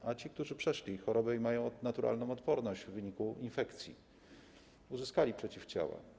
A co z tymi, którzy przeszli chorobę i mają naturalną odporność w wyniku infekcji, uzyskali przeciwciała?